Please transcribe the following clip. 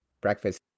Breakfast